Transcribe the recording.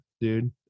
dude